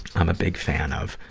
i'm a big fan of.